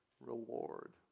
Reward